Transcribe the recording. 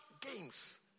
games